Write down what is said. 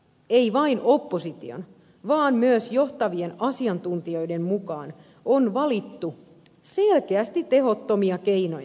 ei vain opposition vaan myös johtavien asiantuntijoiden mukaan on valittu selkeästi tehottomia keinoja